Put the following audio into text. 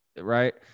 right